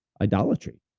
idolatry